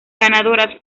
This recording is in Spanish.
ganadoras